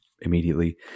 immediately